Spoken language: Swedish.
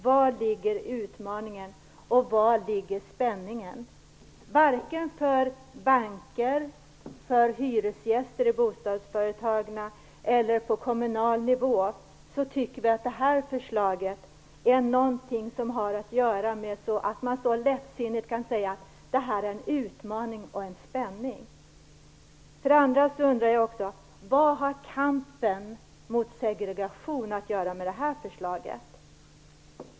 Vari ligger utmaningen och spänningen? Varken banker, hyresgäster i bostadsföretagen eller folk på kommunal nivå tycker att det här förslaget är sådant att man så lättsinnigt kan säga att det handlar om utmaning och spänning. Vad har kampen mot segregation att göra med det här förslaget?